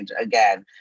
again